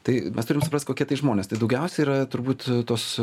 tai mes turim suprast kokie tai žmonės tai daugiausiai yra turbūt tuos